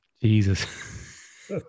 Jesus